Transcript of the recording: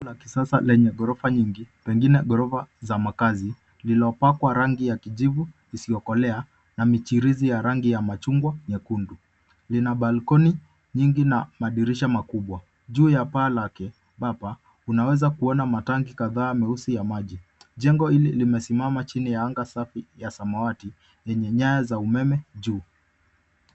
Jumba la kisasa lenye ghorofa nyingi pengine ghorofa za makazi lililopakwa rangi ya kijivu isiokolea na michirizi ya rangi ya machungwa nyekundu. Lina balkoni nyingi na madirisha makubwa. Juu ya paa lake papa, unaweza kuona matangi kadhaa meusi ya maji. Jengo hili limesimama chini ya anga safi ya samawati yenye nyaya za umeme juu.